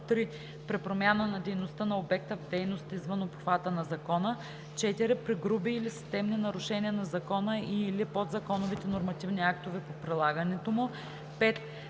3. при промяна на дейността на обекта в дейност извън обхвата на закона; 4. при груби или системни нарушения на закона и/или подзаконовите нормативни актове по прилагането му; 5.